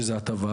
שזו הטבה,